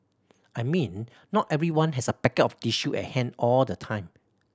I mean not everyone has a packet of tissue at hand all the time